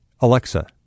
Alexa